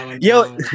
Yo